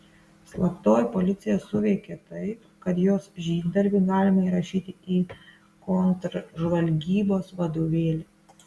slaptoji policija suveikė taip kad jos žygdarbį galima įrašyti į kontržvalgybos vadovėlį